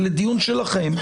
זה לדיון שלכם,